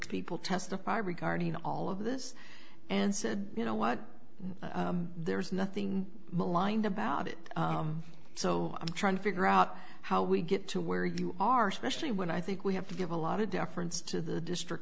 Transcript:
people testify regarding all of this and said you know what there's nothing maligned about it so i'm trying to figure out how we get to where you are specially when i think we have to give a lot of deference to the district